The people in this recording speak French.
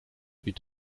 eut